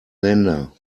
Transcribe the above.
länder